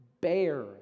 bear